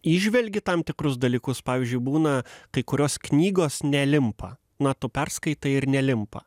įžvelgi tam tikrus dalykus pavyzdžiui būna kai kurios knygos nelimpa na tu perskaitai ir nelimpa